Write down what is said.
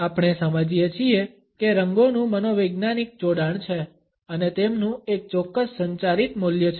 આપણે સમજીએ છીએ કે રંગોનું મનોવૈજ્ઞાનિક જોડાણ છે અને તેમનું એક ચોક્કસ સંચારિત મૂલ્ય છે